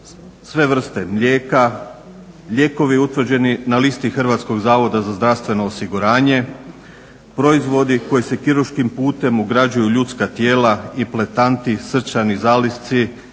sve vrste mlijeka, lijekovi utvrđeni na listi Hrvatskog zavoda za zdravstveno osiguranje, proizvodi koji se kirurškim putem ugrađuju u ljudska tijela, implatanti, srčani zalisci,